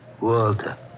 Walter